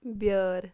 بیٛٲر